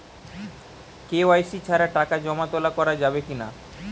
KYC ছাড়া টাকা জমা তোলা করা যাবে কি না?